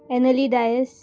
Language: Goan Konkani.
एनली डायस